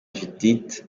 judithe